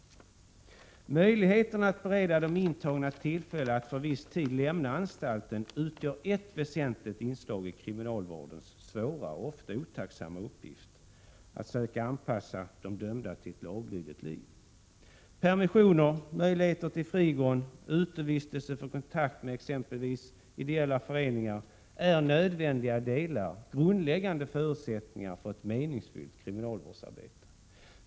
Möjligheten att bereda de intagna tillfälle att för viss tid lämna anstalten utgör ett väsentligt inslag i kriminalvårdens svåra och ofta otacksamma uppgift att söka anpassa de dömda till ett laglydigt liv. Permissioner, möjligheter till frigång och utevistelse för kontakt med exempelvis ideella föreningar är nödvändiga delar och grundläggande förutsättningar för ett meningsfyllt kriminalvårdsarbete.